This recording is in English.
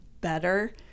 better